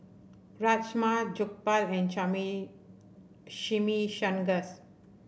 Rajma Jokbal and Chimichangas